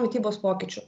mitybos pokyčių